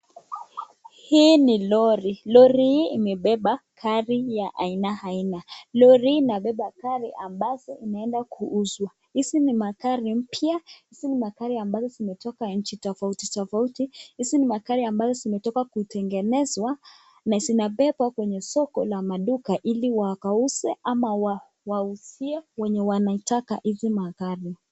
Hii ni lori. Lori hii imebeba gari ya aina aina. Lori hii inabeba gari ambazo inaenda kuuzwa. Hizi ni magari mpya. Hizi ni magari zimetoka katika nchi tofaiti tofauti. Hizi ni magari ambazo zimetoka kutengenezwa na zimebebwa kwenye soko la maduka ili wakauze au wauzie wanaoitaka hizi magari.